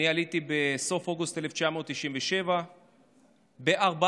אני עליתי בסוף אוגוסט 1997. ב-4